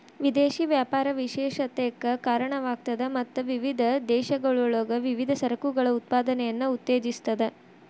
ವಿದೇಶಿ ವ್ಯಾಪಾರ ವಿಶೇಷತೆಕ್ಕ ಕಾರಣವಾಗ್ತದ ಮತ್ತ ವಿವಿಧ ದೇಶಗಳೊಳಗ ವಿವಿಧ ಸರಕುಗಳ ಉತ್ಪಾದನೆಯನ್ನ ಉತ್ತೇಜಿಸ್ತದ